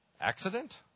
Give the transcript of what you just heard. Accident